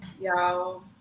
y'all